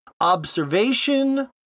Observation